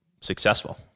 successful